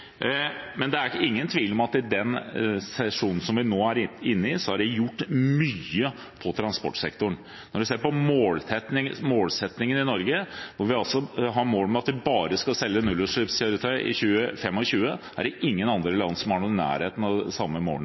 Men det er ingen tvil om at det i den sesjonen vi nå er inne i, er gjort mye innenfor transportsektoren. Når det gjelder målsettingen i Norge om at vi bare skal selge nullutslippskjøretøy i 2025, er det ingen andre land som har noe i nærheten av de samme